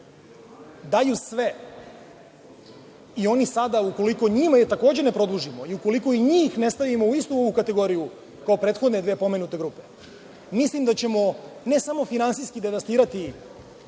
daju sve. Ukoliko njima takođe ne produžimo i ukoliko i njih ne stavimo u istu ovu kategoriju kao prethodne dve pomenute grupe, mislim da ćemo ne samo finansijski devastirati